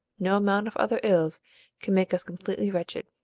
no amount of other ills can make us completely wretched.